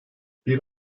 bir